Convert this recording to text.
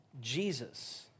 Jesus